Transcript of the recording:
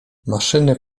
maszyny